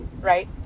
right